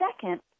second